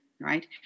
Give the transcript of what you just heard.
right